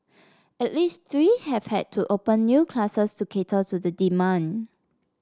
at least three have had to open new classes to cater to the demand